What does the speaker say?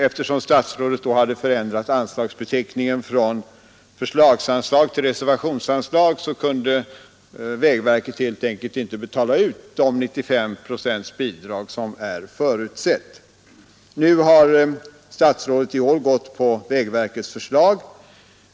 Eftersom statsrådet då hade ändrat anslagsbeteckningen från förslagsanslag till reservationsanslag kunde vägverket helt enkelt inte betala ut de 95 procents bidrag som förutsatts utgå. I år har statsrådet anslutit sig till vägverkets förslag.